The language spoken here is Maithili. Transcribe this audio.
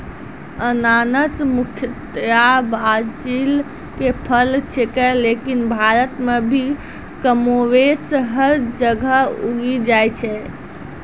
अनानस मुख्यतया ब्राजील के फल छेकै लेकिन भारत मॅ भी कमोबेश हर जगह उगी जाय छै